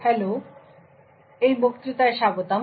hello এবং এই বক্তৃতায় স্বাগতম